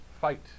fight